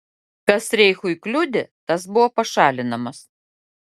kas reichui kliudė tas buvo pašalinamas